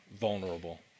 vulnerable